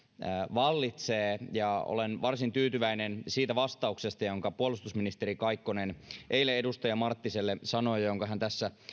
vallitsee ja olen varsin tyytyväinen siitä vastauksesta jonka puolustusministeri kaikkonen eilen edustaja marttiselle sanoi ja jonka hän tässä